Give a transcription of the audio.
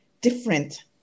different